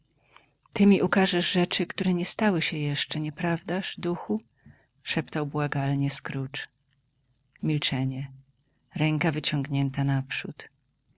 mi ukażesz rzeczy które nie stały się jeszcze nieprawdaż duchu szeptał błagalnie scrooge milczenie ręka wyciągnięta naprzód